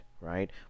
right